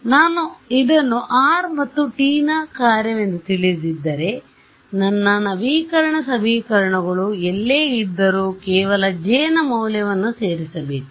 ಆದ್ದರಿಂದ ನಾನು ಇದನ್ನು r ಮತ್ತು t ನ ಕಾರ್ಯವೆಂದು ತಿಳಿದಿದ್ದರೆ ನನ್ನ ನವೀಕರಣ ಸಮೀಕರಣಗಳು ಎಲ್ಲೇ ಇದ್ದರೂ ಕೇವಲ J ನ ಈ ಮೌಲ್ಯವನ್ನು ಸೇರಿಸಿಸಬೇಕು